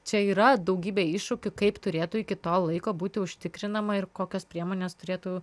čia yra daugybė iššūkių kaip turėtų iki to laiko būti užtikrinama ir kokios priemonės turėtų